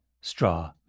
straw